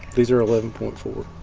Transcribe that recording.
these are eleven point four.